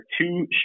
two